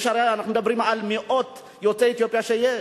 הרי אנחנו מדברים על מאות יוצאי אתיופיה שיש.